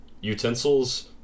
utensils